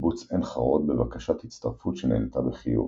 לקיבוץ עין חרוד בבקשת הצטרפות שנענתה בחיוב.